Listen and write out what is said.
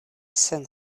sen